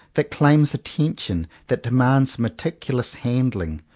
that claims attention, that de mands meticulous handling,